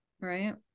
right